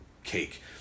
cake